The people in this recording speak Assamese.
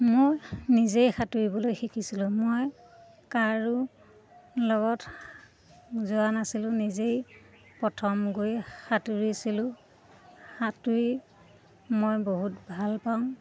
মই নিজেই সাঁতুৰিবলৈ শিকিছিলোঁ মই কাৰো লগত যোৱা নাছিলোঁ নিজেই প্ৰথম গৈ সাঁতুৰিছিলোঁ সাঁতুৰি মই বহুত ভাল পাওঁ